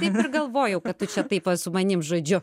taip ir galvojau kad tu čia taip va su manim žodžiu